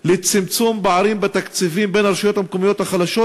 לצמצום פערים בתקציבים בין הרשויות המקומיות החלשות,